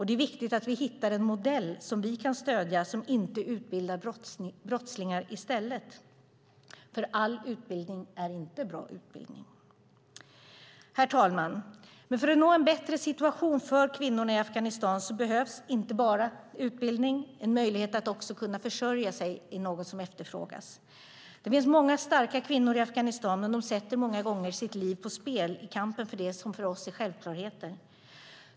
Det är viktigt att vi hittar en modell som vi kan stödja som inte utbildar brottslingar i stället. All utbildning är inte bra utbildning. Herr talman! För att nå en bättre situation för kvinnorna i Afghanistan behövs inte bara utbildning; även möjlighet att försörja sig är något som efterfrågas. Det finns många starka kvinnor i Afghanistan, men de sätter många gånger sitt liv på spel i kampen för det som för oss är självklarheter.